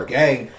gang